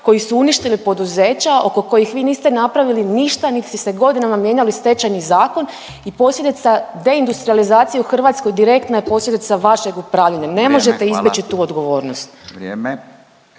koji su uništili poduzeća oko kojih vi niste napravili ništa niti ste godinama mijenjali Stečajni zakon i posljedica deindustrijalizacije u Hrvatskoj direktna je posljedica vašeg upravljanja. Ne možete izbjeći …/Upadica